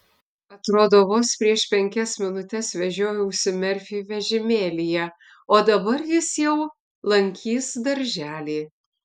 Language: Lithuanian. atrodo vos prieš penkias minutes vežiojausi merfį vežimėlyje o dabar jis jau lankys darželį